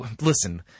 listen